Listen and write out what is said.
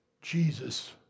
Jesus